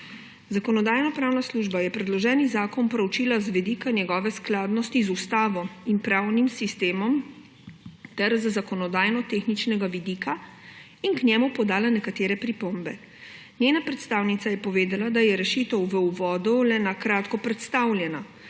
Zakonodajno-pravna služba je predloženi zakon proučila z vidika njegove skladnosti z ustavo in pravnim sistemom ter z zakonodajno-tehničnega vidika in k njemu podala nekatere pripombe. Njena predstavnica je povedala, da je rešitev v uvodu le kratko predstavljena,